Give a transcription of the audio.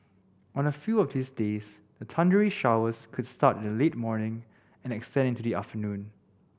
on a few of these days the thundery showers could start in the late morning and extend into the afternoon